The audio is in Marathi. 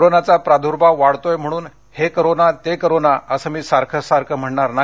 कोरोनाचा प्रादूर्भाव वाढतोय म्हणून हे करोना ते करोना असे मी सारखे सारखे म्हणणार नाही